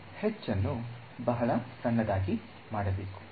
H ಅನ್ನು ಬಹಳ ಸಣ್ಣದಾಗಿ ಮಾಡಬೇಕು